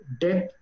death